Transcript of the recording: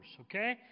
okay